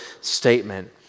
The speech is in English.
statement